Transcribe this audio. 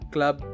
Club